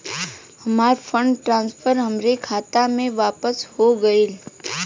हमार fund transfer हमरे खाता मे वापस हो गईल